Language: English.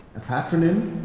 a patronym,